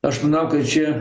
aš manau kad čia